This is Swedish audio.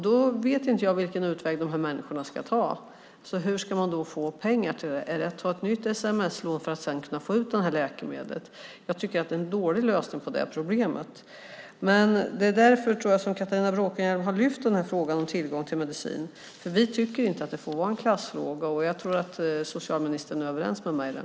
Då vet jag inte vilken utväg dessa människor har. Hur ska man få pengar till medicin? Ska man ta ett nytt sms-lån för att få ut läkemedlet? Det är en dålig lösning på problemet. Jag tror att det är därför Catharina Bråkenhielm har lyft upp frågan om tillgång till medicin. Vi tycker inte att det får vara en klassfråga. Jag tror att socialministern är överens med mig i det.